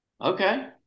okay